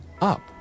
up